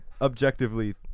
objectively